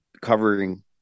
covering